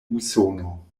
usono